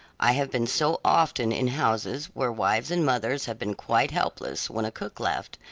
i have been so often in houses where wives and mothers have been quite helpless when a cook left,